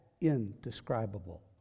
indescribable